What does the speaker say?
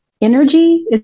energy